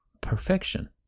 perfection